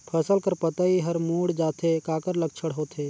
फसल कर पतइ हर मुड़ जाथे काकर लक्षण होथे?